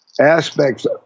aspects